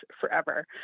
forever